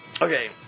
okay